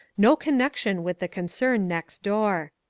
no connec tion with the concern next door.